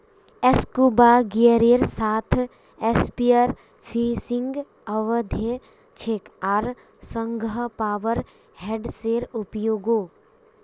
scuba गियरेर साथ spearfishing अवैध छेक आर संगह पावर हेड्सेर उपयोगो